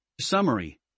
Summary